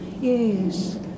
Yes